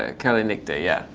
ah kalinicta, yeah.